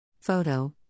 Photo